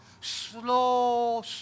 Slow